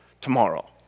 tomorrow